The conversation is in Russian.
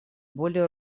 более